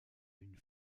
une